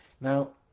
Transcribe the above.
Now